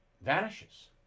Vanishes